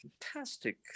Fantastic